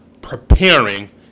preparing